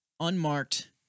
unmarked